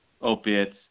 opiates